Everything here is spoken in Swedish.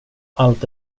allt